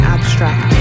abstract